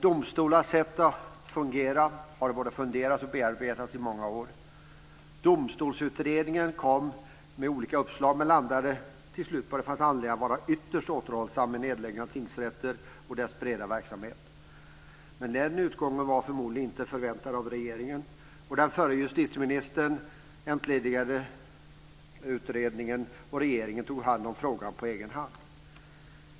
Domstolars sätt att fungera har det funderats över, och frågan har bearbetats i många år. Domstolsutredningen kom med olika uppslag men landade till slut på att det fanns anledning att vara ytterst återhållsam med nedläggningar av tingsrätter och deras breda verksamhet. Men den utgången var förmodligen inte förväntad av regeringen. Den förra justitieministern entledigade utredningen och regeringen tog hand om frågan på egen hand.